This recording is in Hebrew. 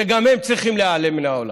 גם הם צריכים להיעלם מן העולם.